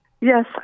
Yes